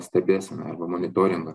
stebėseną arba monitoringą